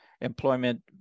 employment